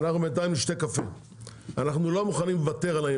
אנחנו לא מוכנים לוותר.